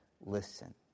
listen